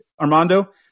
Armando